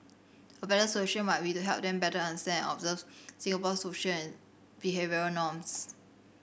a better solution might be to help them better understand and observe Singapore's social and behavioural norms